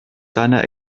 seiner